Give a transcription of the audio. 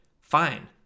Fine